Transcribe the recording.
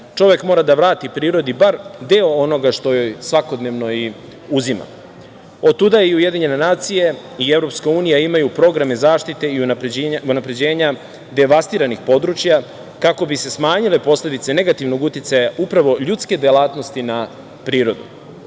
mora da vrati prirodi bar deo onoga što joj svakodnevno i uzima. Otuda i UN i EU imaju programe zaštite i unapređenja devastiranih područja, kako bi se smanjile posledice negativnog uticaja upravo ljudske delatnosti na prirodu. Srbija